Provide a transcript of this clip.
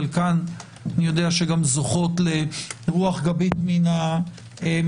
אני יודע שגם חלקן זוכות לרוח גבית מן הממשלה,